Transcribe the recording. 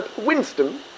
Winston